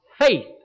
faith